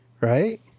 right